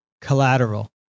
collateral